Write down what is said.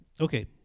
Okay